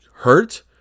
hurt